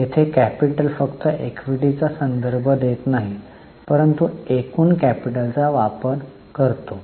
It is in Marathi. येथे कॅपिटल फक्त इक्विटीचा संदर्भ देत नाही परंतु एकूण कॅपिटल चा वापर करते